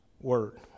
Word